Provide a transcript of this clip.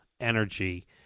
energy